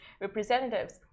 representatives